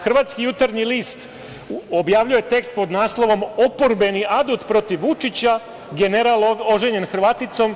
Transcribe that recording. Hrvatski jutarnji list objavljuje tekst pod naslovom – „Oporbeni adut protiv Vučića, general oženjen Hrvaticom“